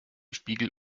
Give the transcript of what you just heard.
spiegel